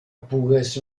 pugues